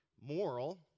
moral